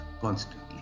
constantly